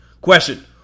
Question